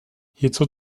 hierzu